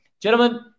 Gentlemen